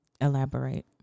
Elaborate